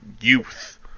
youth